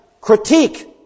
critique